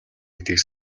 гэдгийг